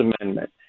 amendment